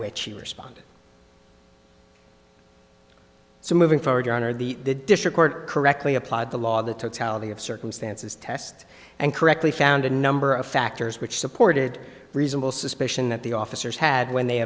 which he responded so moving forward your honor the district court correctly applied the law the totality of circumstances test and correctly found a number of factors which supported reasonable suspicion that the officers had when they